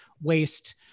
waste